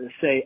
say